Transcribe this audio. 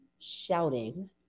shouting